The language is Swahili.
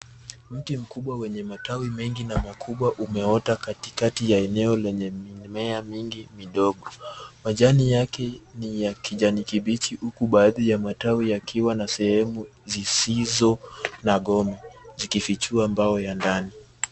Mti mkubwa wenye matawi mengi na makubwa umeota katikati ya eneo lenye mimea mingi midogo. Majani yake ni ya kijani kibichi huku baadhi ya matawi yakiwa na sehemu zisizo na gome zikifichua mbao ya ndani.